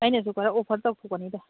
ꯑꯩꯅꯁꯨ ꯈꯔ ꯑꯣꯐꯔ ꯇꯧꯊꯣꯛꯀꯅꯤꯗ